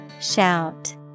Shout